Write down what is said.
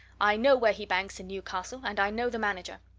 i know where he banks in newcastle, and i know the manager.